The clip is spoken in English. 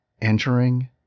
entering